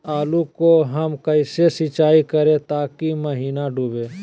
आलू को हम कैसे सिंचाई करे ताकी महिना डूबे?